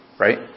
Right